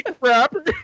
rapper